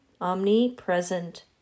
omnipresent